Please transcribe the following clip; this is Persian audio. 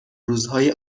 روزهای